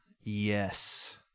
Yes